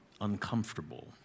uncomfortable